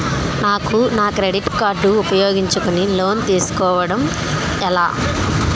నాకు నా credit card ఉపయోగించుకుని లోన్ తిస్కోడం ఎలా?